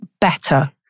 better